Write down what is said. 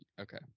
okay